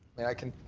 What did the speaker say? mean, i can.